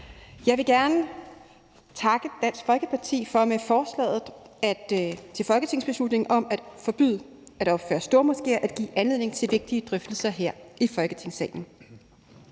Jeg vil gerne takke Dansk Folkeparti for med forslaget til folketingsbeslutning om at forbyde at opføre stormoskéer at give anledning til vigtige drøftelser her i Folketingssalen.